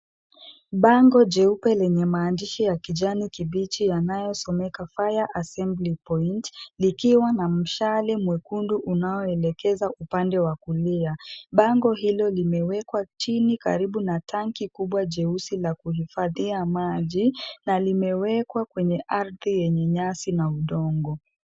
Bango jeupe lenye maandishi ya kijani kibichi yanayosomeka Fire Assembly Point likiwa na mshale mwekundu unaoelekeza upande wa kulia. Bango hilo limewekwa chini karibu na tanki kubwa jeusi la kuhifadhia maji, na limewekwa kwenye ardhi yenye nyasi na udongo.